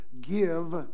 give